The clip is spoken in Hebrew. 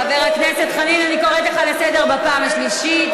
חבר הכנסת חנין, אבקש לתת לו לסכם את הדיון.